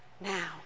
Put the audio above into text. now